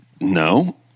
no